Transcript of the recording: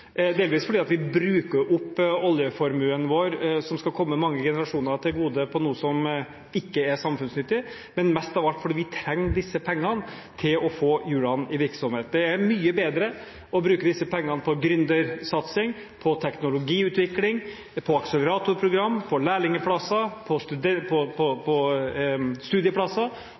delvis fordi vi bruker opp oljeformuen vår, som skal komme mange generasjoner til gode, på noe som ikke er samfunnsnyttig, men mest av alt fordi vi trenger disse pengene til å få hjulene i virksomhet. Det er mye bedre å bruke disse pengene på gründersatsing, på teknologiutvikling, på akseleratorprogram, på lærlingplasser, på studieplasser og på